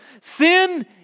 Sin